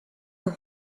are